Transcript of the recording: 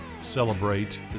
celebrate